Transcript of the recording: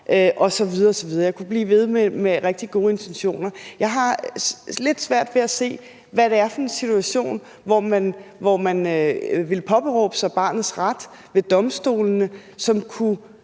osv. osv. Jeg kunne blive ved med at nævne rigtig gode intentioner. Jeg har lidt svært ved at se, hvad det er for en situation, hvor man ville påberåbe sig barnets ret ved domstolene, og som